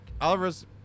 Oliver's